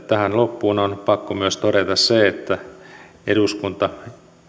tähän loppuun on pakko myös todeta se että eduskunta